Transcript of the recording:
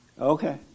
okay